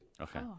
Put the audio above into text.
Okay